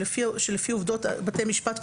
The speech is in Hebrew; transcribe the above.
שלפי עובדות בתי משפט קובעים,